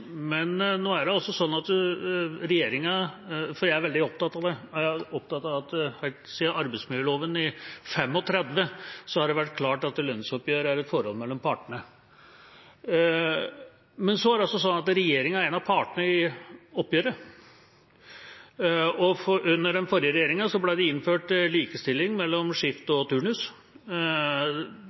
Jeg er veldig opptatt av at det helt siden arbeidsmiljøloven i 1935 har vært klart at lønnsoppgjør er et forhold mellom partene. Men så er det også sånn at regjeringa er en av partene i oppgjøret. Under den forrige regjeringa ble det innført likestilling mellom skift og turnus.